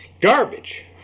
garbage